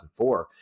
2004